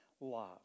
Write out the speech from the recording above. love